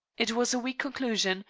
it was a weak conclusion,